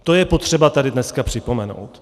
To je potřeba tady dneska připomenout.